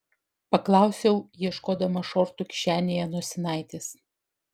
paklausiau ieškodama šortų kišenėje nosinaitės